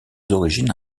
origines